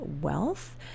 wealth